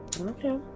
Okay